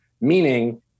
meaning